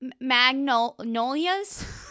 Magnolias